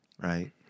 right